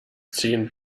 ziehen